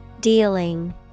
Dealing